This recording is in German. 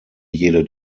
jede